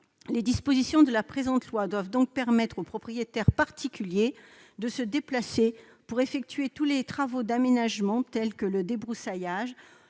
Les dispositions de la présente loi doivent donc autoriser les propriétaires particuliers à se déplacer, pour effectuer tous les travaux d'aménagements, tels que le débroussaillage,